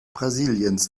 brasiliens